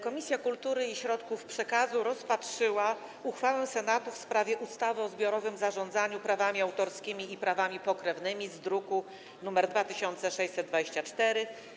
Komisja Kultury i Środków Przekazu rozpatrzyła uchwałę Senatu w sprawie ustawy o zbiorowym zarządzaniu prawami autorskimi i prawami pokrewnymi z druku nr 2624.